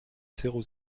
zéro